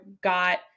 got